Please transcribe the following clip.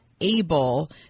able